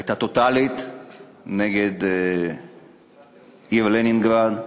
הייתה טוטלית נגד העיר לנינגרד,